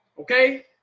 okay